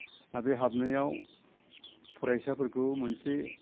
हा बे हाबनायाव फरायसाफोरखौ मोनसे